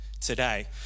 today